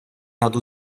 għadu